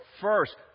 first